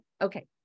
Okay